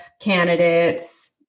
candidates